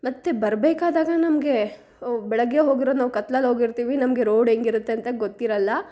ಮತ್ತು ಬರಬೇಕಾದಾಗ ನಮಗೆ ಬೆಳಿಗ್ಗೆ ಹೋಗಿರೋದು ನಾವು ಕತ್ಲಲ್ಲಿ ಹೋಗಿರ್ತೀವಿ ನಮಗೆ ರೋಡ್ ಹೇಗಿರುತ್ತೆ ಅಂತ ಗೊತ್ತಿರಲ್ಲ